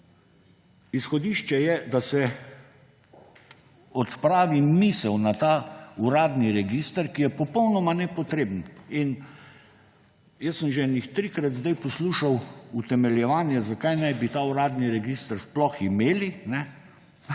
Izhodišče je namreč, da se odpravi misel na ta uradni register, ki je popolnoma nepotreben. Jaz sem že kakšnih trikrat zdaj poslušal utemeljevanje, zakaj naj bi ta uradni register sploh imeli,